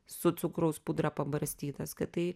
su cukraus pudra pabarstytas kad tai